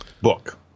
book